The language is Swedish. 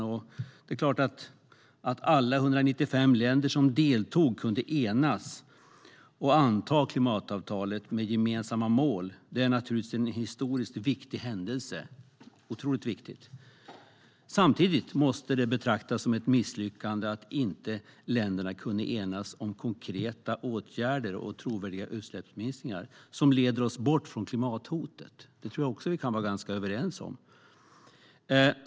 Att alla 195 länder som deltog kunde enas och anta klimatavtalet med gemensamma mål är naturligtvis en historiskt viktig händelse. Samtidigt måste det betraktas som ett misslyckande att länderna inte kunde enas om konkreta åtgärder och trovärdiga utsläppsminskningar som leder oss bort från klimathotet. Det tror jag att vi kan vara ganska överens om.